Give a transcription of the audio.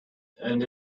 and